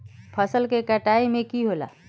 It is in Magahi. फसल के कटाई में की होला?